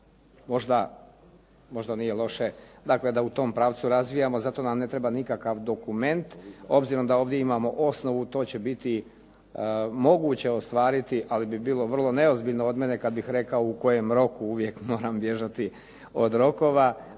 Možda nije loše dakle da u tom pravcu razvijamo, zato nam ne treba nikakav dokument. Obzirom da ovdje imamo osnovu to će biti moguće ostvariti, ali bi bilo vrlo neozbiljno od mene kad bih rekao u kojem roku. Uvijek moram bježati od rokova,